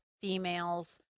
females